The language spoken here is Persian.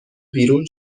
بیرون